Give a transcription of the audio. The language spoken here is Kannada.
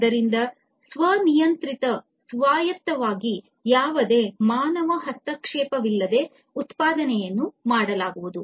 ಆದ್ದರಿಂದ ಸ್ವನಿಯಂತ್ರಿತ ಸ್ವಾಯತ್ತವಾಗಿ ಯಾವುದೇ ಮಾನವ ಹಸ್ತಕ್ಷೇಪವಿಲ್ಲದೆ ಉತ್ಪಾದನೆಯನ್ನು ಮಾಡಲಾಗುವುದು